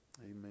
Amen